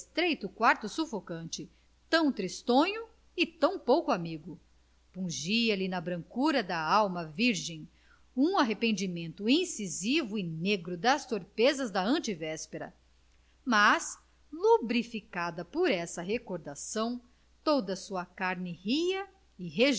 estreito quarto sufocante tão tristonho e tão pouco amigo pungia lhe na brancura da alma virgem um arrependimento incisivo e negro das torpezas da antevéspera mas lubrificada por essa recordação toda a sua carne ria